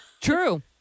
True